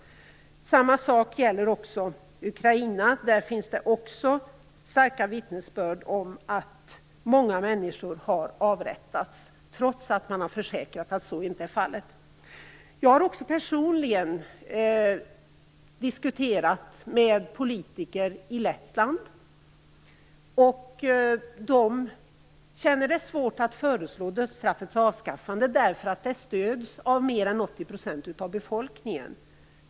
Samma sak gäller Ukraina. Där finns det också starka vittnesbörd om att många människor har avrättats, trots att man har försäkrat att så inte är fallet. Jag har också personligen diskuterat med politiker i Lettland. De känner det svårt att föreslå dödsstraffets avskaffande därför att det stöds av mer än 80 % av befolkningen.